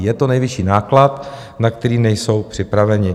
Je to nejvyšší náklad, na který nejsou připraveny.